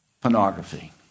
Pornography